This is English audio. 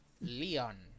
Leon